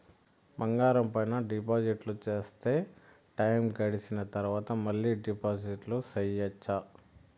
బంగారం పైన డిపాజిట్లు సేస్తే, టైము గడిసిన తరవాత, మళ్ళీ డిపాజిట్లు సెయొచ్చా?